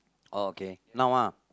orh okay now ah